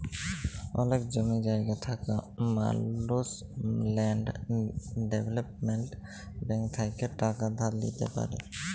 অলেক জমি জায়গা থাকা মালুস ল্যাল্ড ডেভেলপ্মেল্ট ব্যাংক থ্যাইকে টাকা ধার লিইতে পারি